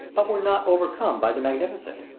but were not overcome by the magnificence.